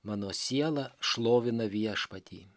mano siela šlovina viešpatį